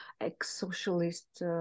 ex-socialist